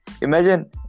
imagine